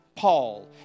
Paul